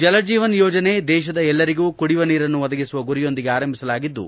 ಜಲಜೀವನ್ ಯೋಜನೆ ದೇಶದ ಎಲ್ಲರಿಗೂ ಕುಡಿಯುವ ನೀರನ್ನು ಒದಗಿಸುವ ಗುರಿಯೊಂದಿಗೆ ಆರಂಭಿಸಲಾಗಿದ್ದು